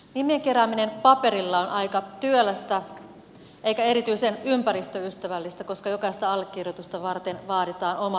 nimien kerääminen paperilla on aika työlästä eikä erityisen ympäristöystävällistä koska jokaista allekirjoitusta varten vaaditaan oma lomakkeensa